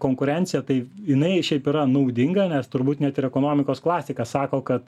konkurencija tai jinai šiaip yra naudinga nes turbūt net ir ekonomikos klasikas sako kad